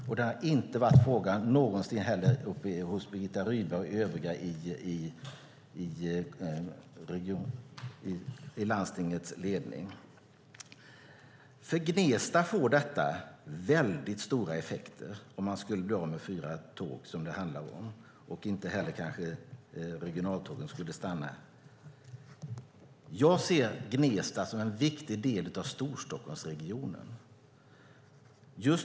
Frågan har inte heller varit uppe hos Birgitta Rydberg och övriga i landstingets ledning. För Gnesta får det stora konsekvenser om de blir av med fyra tåg, som det handlar om, och om regionaltågen kanske inte ska stanna där. Jag ser Gnesta som en viktig del av Storstockholmsregionen.